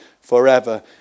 forever